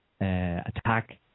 attack